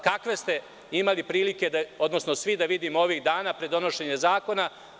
Kakve ste imali prilike, odnosno svi da vidimo ovih dana pred donošenje zakona.